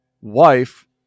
wife